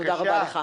תודה רבה לך.